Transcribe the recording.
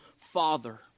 Father